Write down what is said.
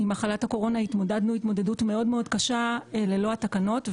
במחלת הקורונה התמודדנו במשרד מאוד מאוד קשה ללא התקנות.